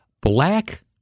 black